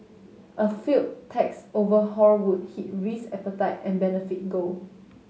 a failed tax overhaul would hit risk appetite and benefit gold